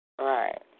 Right